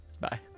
Bye